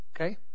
Okay